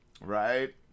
right